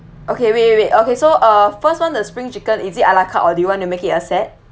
okay wait wait wait okay so uh first one the spring chicken is a la carte or do you want to make it a set